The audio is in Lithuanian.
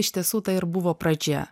iš tiesų tai ir buvo pradžia